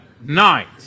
night